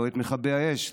לא את מכבי האש,